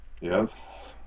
yes